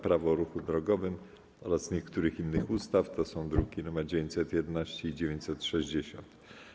Prawo o ruchu drogowym oraz niektórych innych ustaw (druki nr 911 i 960)